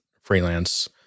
freelance